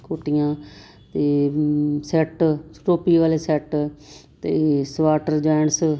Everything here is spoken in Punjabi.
ਕੋਟੀਆਂ ਅਤੇ ਸੈਟ ਟੋਪੀ ਵਾਲੇ ਸੈਟ ਅਤੇ ਸਵਾਟਰ ਜੈਂਟਸ